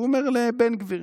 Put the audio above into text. והוא אומר: לבן גביר.